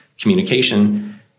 communication